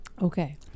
Okay